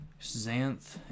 Xanth